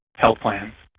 health plans.